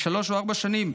שלוש או ארבע שנים,